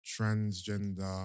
Transgender